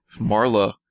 Marla